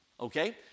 Okay